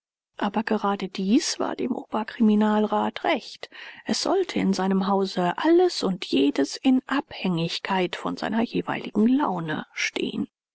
aber gerade dies war dem oberkriminalrat recht es sollte in seinem hause alles und jedes in abhängigkeit von seiner jeweiligen laune stehen